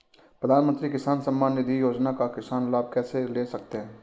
प्रधानमंत्री किसान सम्मान निधि योजना का किसान लाभ कैसे ले सकते हैं?